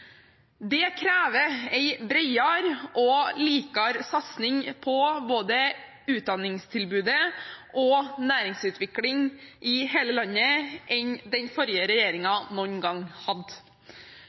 satsing på både utdanningstilbudet og næringsutvikling i hele landet som er bredere og bedre enn det den forrige